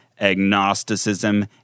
agnosticism